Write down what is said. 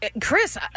Chris